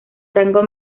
rango